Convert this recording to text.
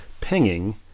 pinging